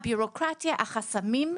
הבירוקרטיה והחסמים,